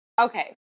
Okay